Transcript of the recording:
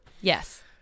yes